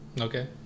Okay